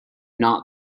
not